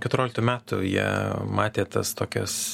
keturioliktų metų jie matė tas tokias